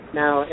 now